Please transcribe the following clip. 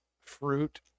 fruit